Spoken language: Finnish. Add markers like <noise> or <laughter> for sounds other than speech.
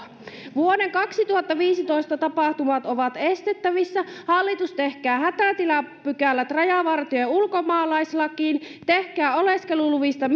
vuoden kaksituhattaviisitoista tapahtumat ovat estettävissä hallitus tehkää hätätilapykälät rajavartio ja ulkomaalaislakiin tehkää oleskeluluvista <unintelligible>